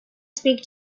speak